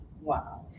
Wow